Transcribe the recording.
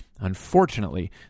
Unfortunately